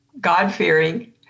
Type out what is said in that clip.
God-fearing